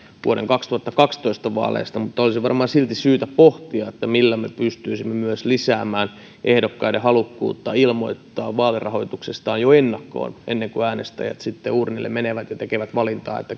vuoden kaksituhattakaksitoista vaaleista mutta olisi varmaan silti syytä pohtia millä me pystyisimme myös lisäämään ehdokkaiden halukkuutta ilmoittaa vaalirahoituksestaan jo ennakkoon ennen kuin äänestäjät sitten uurnille menevät ja tekevät valintaa